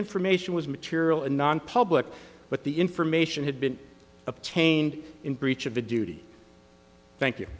information was material and nonpublic but the information had been obtained in breach of a duty thank you